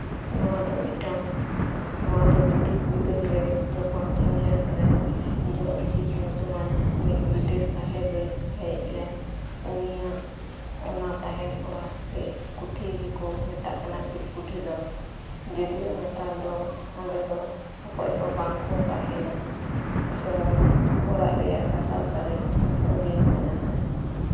ᱱᱚᱶᱟ ᱫᱚ ᱢᱤᱫᱴᱟᱱ ᱱᱚᱶᱟ ᱫᱚ ᱵᱨᱤᱴᱤᱥ ᱵᱤᱫᱟᱹᱞ ᱨᱮ ᱡᱚᱠᱷᱚᱱ ᱤᱝᱞᱮᱱᱰ ᱨᱮᱱ ᱡᱚᱱ ᱪᱤᱯ ᱧᱩᱛᱩᱢᱟᱱ ᱢᱤᱫᱴᱮᱱ ᱵᱨᱤᱴᱤᱥ ᱥᱟᱦᱮᱵᱮ ᱦᱮᱡ ᱞᱮᱱ ᱩᱱᱤᱭᱟᱜ ᱚᱱᱟ ᱛᱟᱦᱮᱱ ᱚᱲᱟᱜ ᱥᱮ ᱠᱩᱴᱷᱤ ᱜᱮᱠᱚ ᱢᱮᱛᱟᱜ ᱠᱟᱱᱟ ᱪᱤᱯᱠᱩᱴᱷᱤ ᱫᱚ ᱡᱩᱫᱤᱭᱳ ᱱᱮᱛᱟᱨ ᱫᱚ ᱚᱸᱰᱮ ᱫᱚ ᱚᱠᱚᱭ ᱦᱚᱸ ᱵᱟᱝᱠᱚ ᱛᱟᱦᱮᱱᱟ ᱥᱩᱢᱩᱝ ᱚᱲᱟᱜ ᱨᱮᱭᱟᱜ ᱫᱷᱟᱥᱟᱣ ᱥᱟᱨᱮᱡ ᱪᱤᱱᱦᱟᱹ ᱜᱮ ᱢᱮᱱᱟᱜᱼᱟ